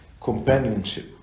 companionship